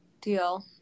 Deal